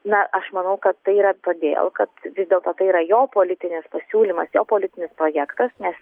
na aš manau kad tai yra todėl kad vis dėlto tai yra jo politinis pasiūlymas jo politinis projektas nes